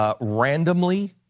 randomly